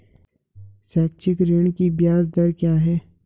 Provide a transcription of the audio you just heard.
शैक्षिक ऋण की ब्याज दर क्या है?